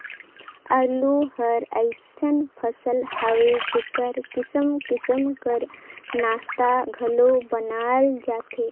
आलू हर अइसन फसिल हवे जेकर किसिम किसिम कर नास्ता घलो बनाल जाथे